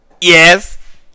Yes